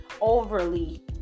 overly